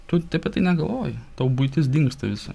tu tai apie tai negalvoji tau buitis dingsta visa